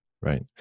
right